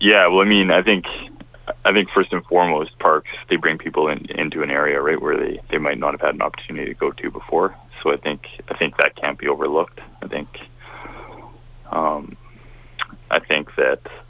yeah well i mean i think i think first and foremost parks they bring people in into an area right where they might not have had an opportunity to go to before so i think i think that can't be overlooked i think i think